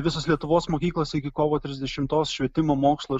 visos lietuvos mokyklos iki kovo trisdešimtos švietimo mokslo ir